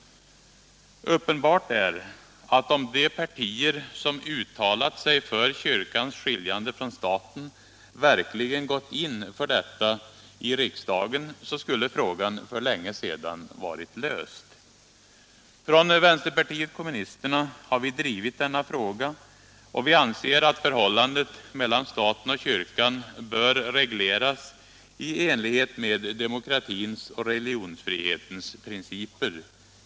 Uppenbart är att om de partier som uttalat sig för kyrkans skiljande från staten verkligen gått in för detta i riksdagen så skulle frågan för länge sedan varit löst. Vänsterpartiet kommunisterna har drivit denna fråga, och vi anser att förhållandet mellan staten och kyrkan bör regleras i enlighet med demokratins och religionsfrihetens principer.